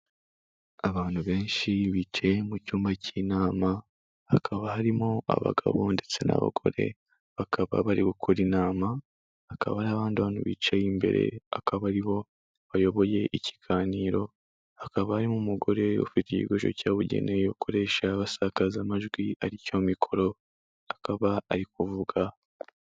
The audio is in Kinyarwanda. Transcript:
Abantu benshi bicaye mu cyumba cy'inama hakaba harimo abagabo ndetse n'abagore, bakaba bari gukora inama. Hakaba n'abandi bantu bicaye imbere akaba aribo bayoboye ikiganiro, hakaba harimo umugore ufite igikoresho cyabugenewe ukoresha basakaza amajwi aricyo mikoro, akaba ari kuvuga.